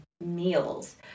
meals